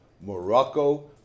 Morocco